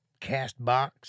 CastBox